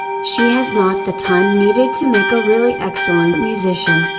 she has not the time needed to make a really excellent musician,